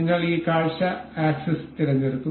നിങ്ങൾ ഈ കാഴ്ച ആക്സിസ് തിരഞ്ഞെടുക്കും